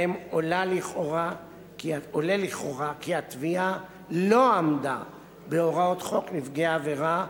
שבהם עולה לכאורה כי התביעה לא עמדה בהוראות חוק נפגעי עבירה,